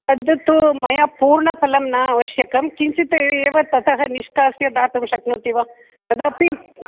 अद्य तु मया पूर्णफलं न आवश्यकम् किञ्चित् एव ततः निष्कास्य दातुं शक्नोति वा तदपि